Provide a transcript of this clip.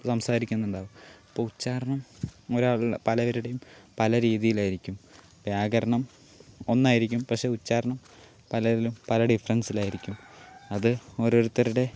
സംസാരിക്കുന്നുണ്ടാവുക അപ്പോൾ ഉച്ചാരണം ഒരാളുടെ പലരുടെയും പല രീതിയിലായിരിക്കും വ്യാകരണം ഒന്നായിരിക്കും പക്ഷേ ഉച്ചാരണം പലരിലും പല ഡിഫറൻസിലായിരിക്കും അത് ഓരോരുത്തരുടെ